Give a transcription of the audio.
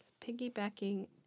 Piggybacking